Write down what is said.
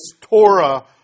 Torah